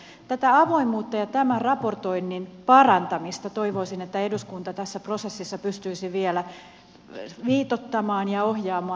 toivoisin että tätä avoimuutta ja tämän raportoinnin parantamista eduskunta tässä prosessissa pystyisi vielä viitoittamaan ja ohjaamaan